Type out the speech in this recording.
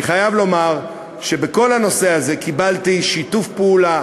אני חייב לומר שבכל הנושא הזה קיבלתי שיתוף פעולה